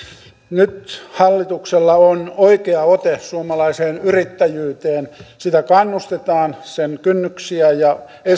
nyt hallituksella on oikea ote suomalaiseen yrittäjyyteen sitä kannustetaan sen kynnyksiä ja